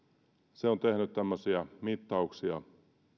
se on tehnyt tämmöisiä mittauksia